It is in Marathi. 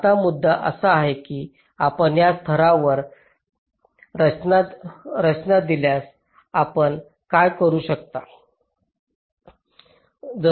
आता मुद्दा असा आहे की आपण या स्तरावर रचना दिसल्यास आपण काय करू शकता